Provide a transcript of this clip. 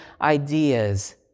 ideas